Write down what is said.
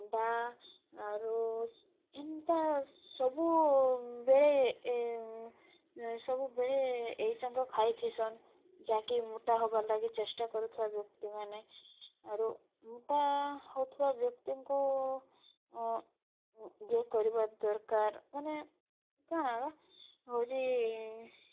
ଅଣ୍ଡା ଆରୁ ଏନ୍ତା ସବୁବେଳେ ଏ ସବୁବେଳେ ଏଇ ସାଙ୍ଗ ଖାଇଥିସନ ଯାହାକି ମୋଟା ହେବାର ଲାଗି ଚେଷ୍ଟା କରୁଥିବା ବ୍ୟକ୍ତିମାନେ ଆରୁ ମୋଟା ହେଉଥିବା ବ୍ୟକ୍ତିଙ୍କୁ ଇଏ କରିବା ଦରକାର ମାନେ କାଣା ହେଉଛି